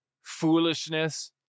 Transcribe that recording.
foolishness